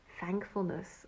thankfulness